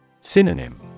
Synonym